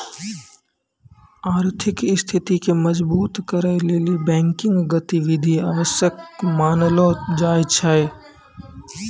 आर्थिक स्थिति के मजबुत करै लेली बैंकिंग गतिविधि आवश्यक मानलो जाय छै